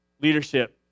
leadership